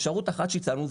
אפשרות אחת שהצענו,